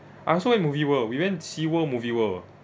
I also went movie world we went sea world movie world